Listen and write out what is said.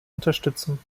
unterstützen